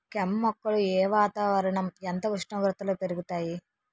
కెమ్ మొక్కలు ఏ వాతావరణం ఎంత ఉష్ణోగ్రతలో పెరుగుతాయి?